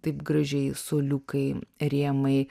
taip gražiai suoliukai rėmai